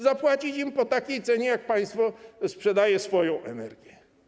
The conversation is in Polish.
Zapłacić im po takiej cenie, za jaką państwo sprzedaje swoją energię.